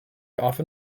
often